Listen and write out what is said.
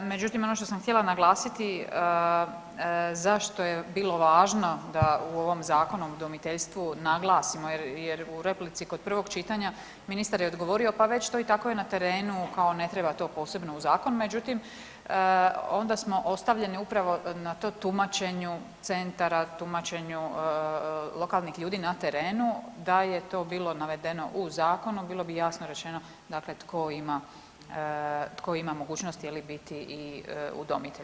Međutim, ono što sam htjela naglasiti, zašto je bilo važno da u ovom Zakonu o udomiteljstvu naglasimo jer u replici kod prvog čitanja ministar je odgovorio pa već je to tako i na terenu kao ne treba to posebno u zakon, međutim, onda smo ostavljeni upravo na tom tumačenju centara, tumačenja lokalnih ljudi na terenu da je to bilo navedeno u zakonu bilo bi jasno rečeno tko ima mogućnost biti i udomitelj.